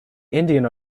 indian